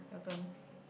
your turn